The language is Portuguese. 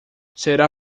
será